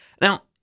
Now